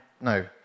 no